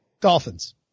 Dolphins